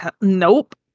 nope